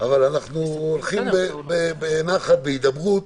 אבל אנחנו הולכים בנחת, בהידברות.